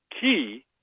key